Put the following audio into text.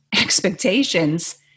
expectations